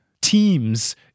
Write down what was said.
teams